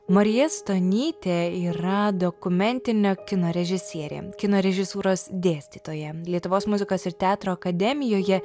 marija stonytė yra dokumentinio kino režisierė kino režisūros dėstytoja lietuvos muzikos ir teatro akademijoje